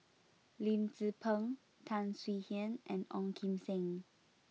Lim Tze Peng Tan Swie Hian and Ong Kim Seng